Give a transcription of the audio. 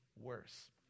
worse